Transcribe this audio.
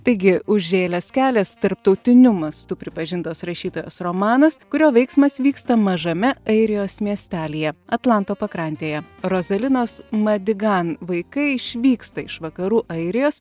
taigi užžėlęs kelias tarptautiniu mastu pripažintos rašytojos romanas kurio veiksmas vyksta mažame airijos miestelyje atlanto pakrantėje rozalinos madigan vaikai išvyksta iš vakarų airijos